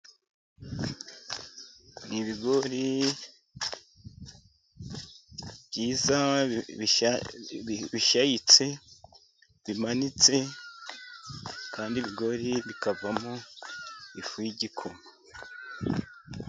Ni ibigori byiza bishya bishayitse bimanitse, kandi ibigori bikavamo ifu y'igikoma.